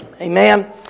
Amen